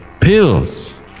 pills